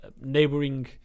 neighboring